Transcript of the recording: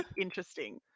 interesting